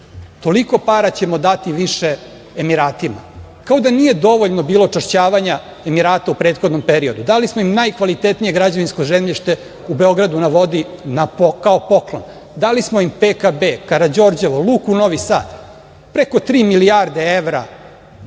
Toliko para ćemo dati više Emiratima. Kao da nije dovoljno bilo čašćavanja Emiratu u prethodnom periodu. Dali smo im najkvalitetnije građevinsko zemljište u Beogradu na vodi kao poklon. Dali smo im PKB, Karađorđevo, Luku Novi Sad. Preko tri milijarde evra